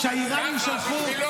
כשהאיראנים שלחו --- ככה.